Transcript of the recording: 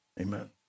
amen